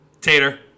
Tater